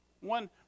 one